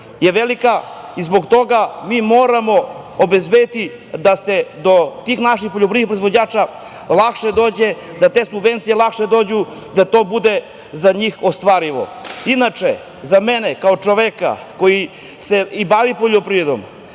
je velika. Zbog toga mi moramo obezbediti da se do tih naših poljoprivrednih proizvođača lakše dođe, da te subvencije lakše dođu, da to bude za njih ostvarivo. Inače, za mene kao čoveka koji se bavi poljoprivredom,